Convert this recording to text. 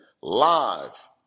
live